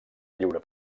lliure